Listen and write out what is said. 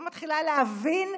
ואני לא מצליחה להבין,